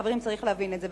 חברים, צריך להבין את זה.